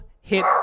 hit